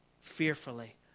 fearfully